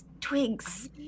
twigs